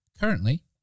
Currently